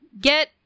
Get